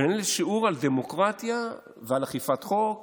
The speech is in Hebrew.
ולנהל שיעור על דמוקרטיה ועל אכיפת חוק